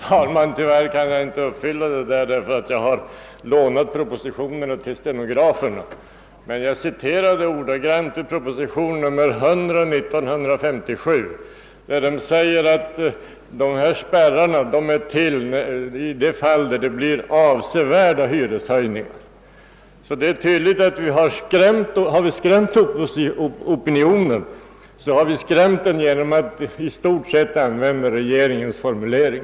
Herr talman! Tyvärr kan jaginte efterkomma den uppmaningen. Jag har nämligen lånat ut propositionerna till stenograferna. Men jag citerade ordagrant ur proposition nr 100, år 1957, där det sades att dessa spärrar är till för de fall då det uppstår avsevärda hyreshöjningar. Har vi skrämt allmänheten, så har vi gjort det genom att i stort sett använda regeringens formulering.